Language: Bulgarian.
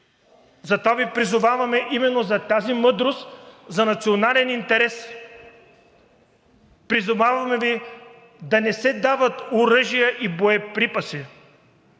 Затова Ви призоваваме именно за тази мъдрост за национален интерес! Призоваваме Ви да не се дават оръжия и боеприпаси!